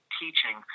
teaching